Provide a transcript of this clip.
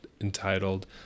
entitled